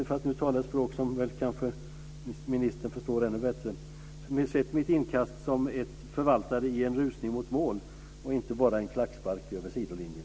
För att tala ett språk som ministern kanske förstår ännu bättre hade jag velat se mitt inkast förvaltas i en rusning mot mål och inte bara som en klackspark över sidolinjen.